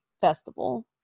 festival